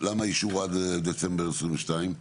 למה אישור עד דצמבר 2022?